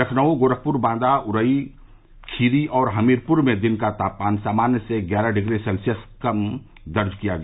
लखनऊ गोरखपुर बांदा उरई खीरी और हमीरपुर में दिन का तापमान सामान्य से ग्यारह डिग्री सेल्सियस कम दर्ज किया गया